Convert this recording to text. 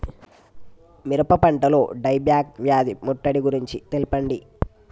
మిరప పంటలో dieback వ్యాధి ముట్టడి గురించి తెల్పండి?